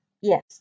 Yes